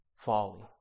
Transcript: Folly